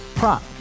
Prop